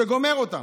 זה גומר אותם.